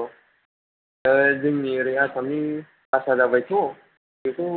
औ ऐ जोंनि ओरै आसामनि हारसा जाबायथ' बेखौ